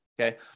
Okay